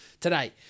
today